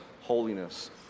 holiness